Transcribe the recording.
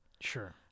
sure